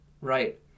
right